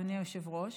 אדוני היושב-ראש.